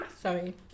sorry